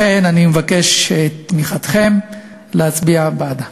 לכן אני מבקש את תמיכתכם, להצביע בעד ההצעה.